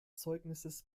zeugnisses